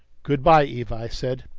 good-by, eva, i said.